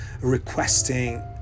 requesting